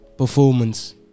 Performance